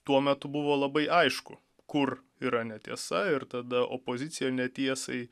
tuo metu buvo labai aišku kur yra netiesa ir tada opozicija netiesai